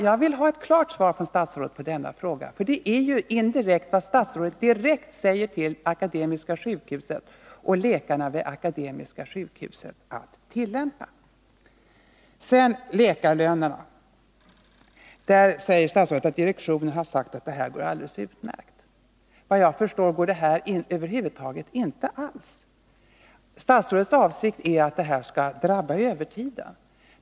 — Jag vill ha ett klart svar från statsrådet på denna fråga. Det är ju indirekt vad statsrådet säger till Akademiska sjukhuset och läkarna där — att de skall tillämpa sådana regler. Sedan till läkarlönerna. Statsrådet säger att direktionen har sagt att det går alldeles utmärkt att genomföra förslaget. Vad jag förstår går det över huvud taget inte alls. Statsrådets avsikt är att neddragningen skall drabba övertiden.